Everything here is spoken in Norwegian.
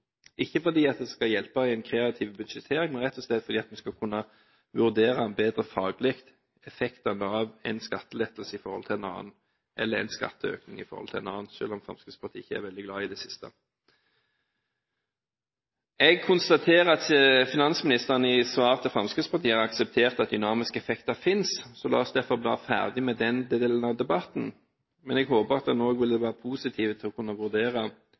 ikke fordi det skal hjelpe i en kreativ budsjettering, men rett og slett fordi en skal kunne vurdere en bedre faglig effekt av én skattelettelse i forhold til en annen, eller én skatteøkning i forhold til en annen – selv om Fremskrittspartiet ikke er veldig glad i det siste. Jeg konstaterer at finansministeren i svar til Fremskrittspartiet har akseptert at dynamiske effekter finnes. La oss derfor bli ferdige med den delen av debatten. Men jeg håper at en òg vil kunne være positiv til å kunne vurdere